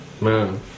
Man